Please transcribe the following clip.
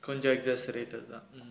கொஞ்சோ:konjo acts ah சரி இல்லதா:sari illathaa